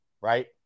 right